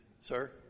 Sir